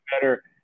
better